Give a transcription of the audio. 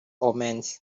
omens